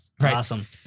Awesome